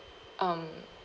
um